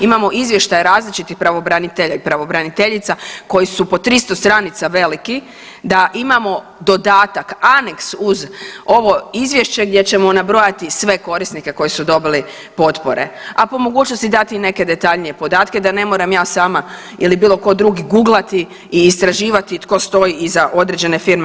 Imamo izvještaje različitih pravobranitelja i pravobraniteljica koji su po 300 stranica veliki da imamo dodatak, aneks uz ovo izvješće gdje ćemo nabrojati sve korisnike koji su dobili potpore, a po mogućnosti dati neke detaljnije podatke da ne moram ja sam ili bilo ko drugi guglati i istraživati tko stoji iza određene firme.